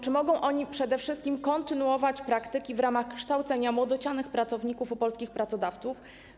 Czy mogą oni przede wszystkim kontynuować praktyki w ramach kształcenia młodocianych pracowników u polskich pracodawców?